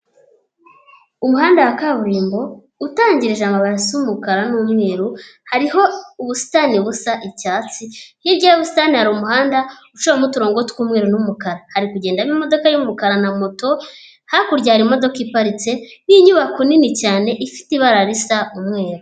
Umuhanda wa kaburimbo, utangirije amabara asa umukara n'umweru, hariho ubusitani busa icyatsi, hirya y'ubusitani hari umuhanda, uciyemo uturongo tw'umweru n'umukara. Hari kugendamo imodoka y'umukara na moto, hakurya hari imodoka iparitse, n'inyubako nini cyane, ifite ibara risa umweru.